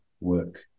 work